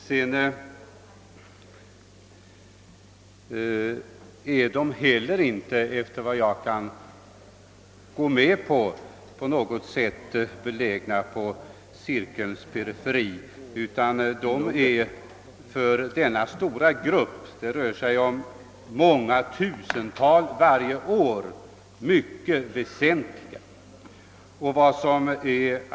Jag kan vidare inte heller gå med på att dessa frågor är på något sätt belägna på cirkelns periferi, utan de är för denna stora grupp — det rör sig om många tusental människor varje år — mycket väsentliga och i cirkelns medelpunkt.